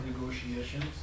negotiations